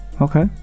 okay